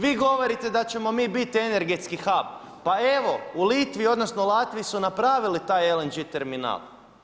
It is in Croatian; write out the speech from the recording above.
Vi govorite da ćemo mi biti energetski … pa evo u Litvi, odnosno Latviji su napravili taj LNG terminal.